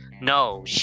no